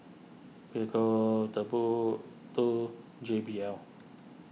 Prego Timbuk two J B L